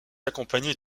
accompagnée